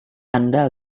anda